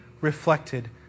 reflected